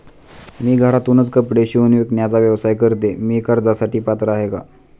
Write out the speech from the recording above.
मी घरातूनच कपडे शिवून विकण्याचा व्यवसाय करते, मी कर्जासाठी पात्र आहे का?